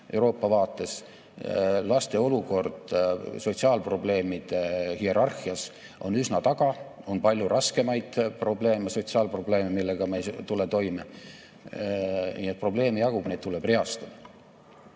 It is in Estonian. Euroopa vaates, laste olukord sotsiaalprobleemide hierarhias on üsna taga, on palju raskemaid probleeme, sotsiaalprobleeme, millega me ei tule toime. Nii et probleeme jagub, neid tuleb reastada.